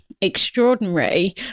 extraordinary